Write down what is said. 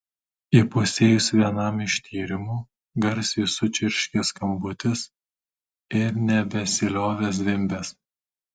įpusėjus vienam iš tyrimų garsiai sučirškė skambutis ir nebesiliovė zvimbęs